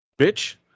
bitch